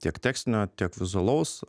tiek tekstinio tiek vizualaus